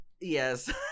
Yes